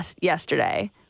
yesterday